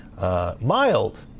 Mild